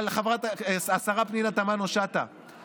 אבל השרה פנינה תמנו שטה,